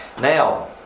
Now